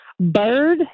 Bird